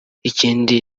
ikindi